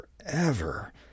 forever